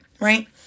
right